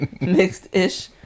Mixed-ish